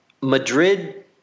Madrid